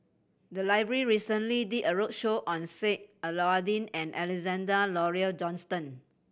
the library recently did a roadshow on Sheik Alau'ddin and Alexander Laurie Johnston